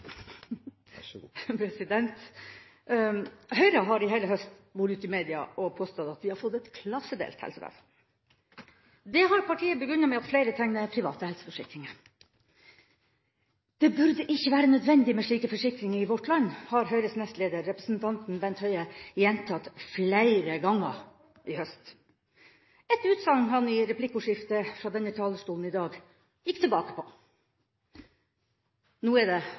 president! Jeg har tatt feil innlegg! Kan jeg få begynne på nytt? Ja, vær så god – det kan forekomme! Høyre har i hele høst vært ute i media og påstått at vi har fått et klassedelt helsevesen. Det har partiet begrunnet med at flere tegner private helseforsikringer. Det burde ikke være nødvendig med slike forsikringer i vårt land, har Høyres nestleder, representanten Bent Høie, gjentatt flere ganger i høst, et utsagn han i et replikkordskifte fra